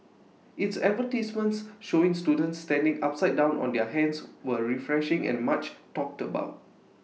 its advertisements showing students standing upside down on their hands were refreshing and much talked about